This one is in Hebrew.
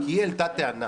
כי היא העלתה טענה